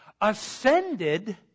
ascended